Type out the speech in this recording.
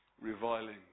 reviling